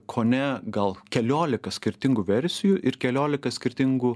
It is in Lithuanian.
kone gal keliolika skirtingų versijų ir keliolika skirtingų